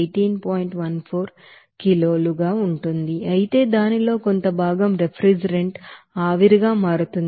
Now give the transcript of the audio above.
14 కిలోలు ఉంటుంది అయితే దానిలో కొంత భాగం రిఫ్రిజిరెంట్ ఆవిరిగా మారుతుంది